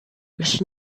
was